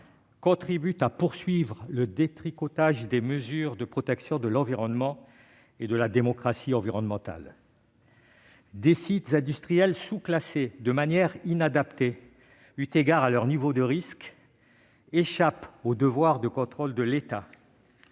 contribue à poursuivre le détricotage des mesures de protection de l'environnement et de la démocratie environnementale ? Des sites industriels sous-classés de manière inadaptée eu égard à leur niveau de risque échapperont au devoir de contrôle de l'État.